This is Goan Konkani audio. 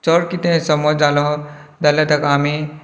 चड कितें समज जालो जाल्यार तेका आमी